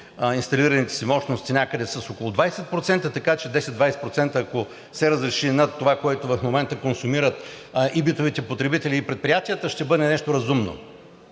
инсталираните си мощности някъде с около 20%, така че 10 – 20%, ако се разреши над това, което в момента консумират и битовите потребители, и предприятията, ще бъде нещо разумно.